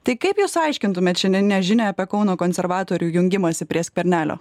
tai kaip jūs aiškintumėt šiandieninę žinią apie kauno konservatorių jungimąsi prie skvernelio